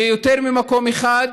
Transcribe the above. ביותר ממקום אחד,